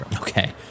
Okay